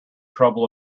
trouble